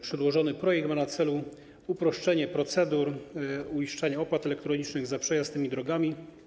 Przedłożony projekt ma na celu uproszczenie procedur uiszczania opłat elektronicznych za przejazd tymi drogami.